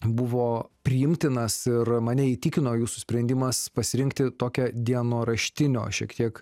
buvo priimtinas ir mane įtikino jūsų sprendimas pasirinkti tokią dienoraštinio šiek tiek